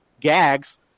gags